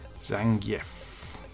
Zangief